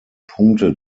punkte